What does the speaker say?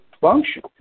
function